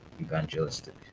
evangelistic